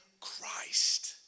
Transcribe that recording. Christ